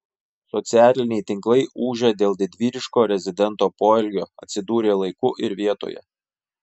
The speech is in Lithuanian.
socialiniai tinklai ūžia dėl didvyriško rezidento poelgio atsidūrė laiku ir vietoje